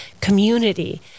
community